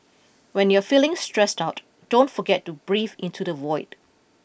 when you are feeling stressed out don't forget to breathe into the void